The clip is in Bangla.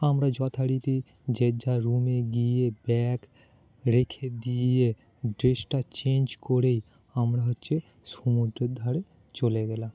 আমরা যথারীতি যে যার রুমে গিয়ে ব্যাগ রেখে দিয়ে ড্রেসটা চেঞ্জ করেই আমরা হচ্ছে সমুদ্রর ধারে চলে গেলাম